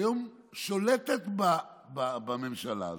ששולטת היום בממשלה הזאת,